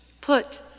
Put